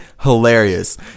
Hilarious